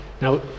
Now